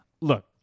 Look